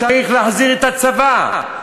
צריך להחזיר את הצבא,